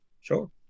Sure